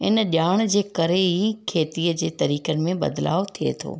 इन ॼाण जे करे ई खेतीअ जे तरीक़नि में बदलाव थिए थो